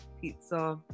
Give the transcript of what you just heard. pizza